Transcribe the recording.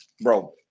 Bro